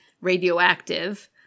Radioactive